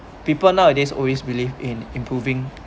people nowadays always believe in improving